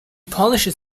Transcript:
polishes